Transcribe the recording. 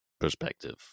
perspective